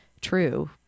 true